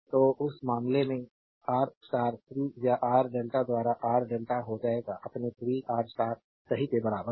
तो उस मामले में आर स्टार 3 या आर डेल्टा द्वारा आर डेल्टा हो जाएगा अपने 3R स्टार सही के बराबर है